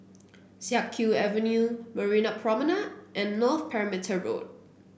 Siak Kew Avenue Marina Promenade and North Perimeter Road